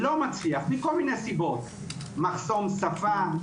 בשל כל מיני סיבות: מחסום שפה,